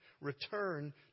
return